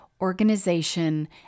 organization